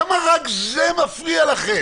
למה רק זה מפריע לכם?